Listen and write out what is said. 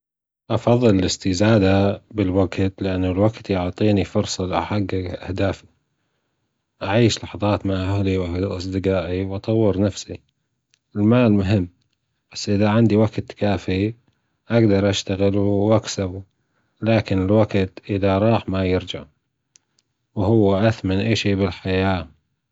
أفضل الاستزادة بالوقت لان الوقت بعطينى فرصة احقق أهدافى وأعيش أوقات مع أهلى وأصدجائى واتطور نفسىالمال مهم بس اذا عندى وجت كافى أقدر أشتغل وأكسبة الوجت أذا راح ما يرجع وهو أثمن أشى بالحياة